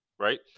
right